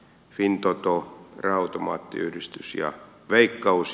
fintoto raha automaattiyhdistys ja veikkaus